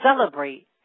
celebrate